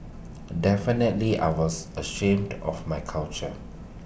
definitely I was ashamed of my culture